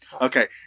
Okay